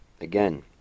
Again